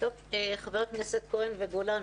חבר הכנסת כהן וגולן,